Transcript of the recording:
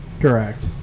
Correct